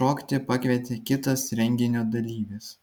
šokti pakvietė kitas renginio dalyvis